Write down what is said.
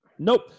nope